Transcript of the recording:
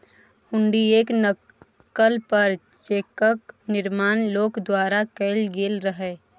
हुंडीयेक नकल पर चेकक निर्माण लोक द्वारा कैल गेल रहय